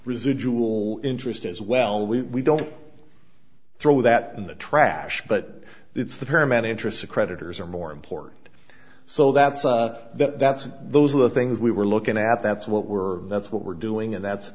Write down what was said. residual interest as well we don't throw that in the trash but it's the paramount interest the creditors are more important so that's that's those are the things we were looking at that's what we're that's what we're doing and that's